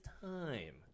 time